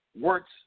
works